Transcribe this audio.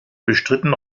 bestritten